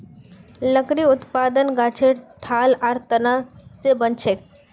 लकड़ी उत्पादन गाछेर ठाल आर तना स बनछेक